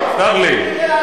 תסלח לי,